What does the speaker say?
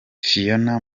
phionah